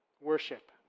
worship